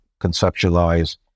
conceptualize